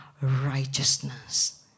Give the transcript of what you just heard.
righteousness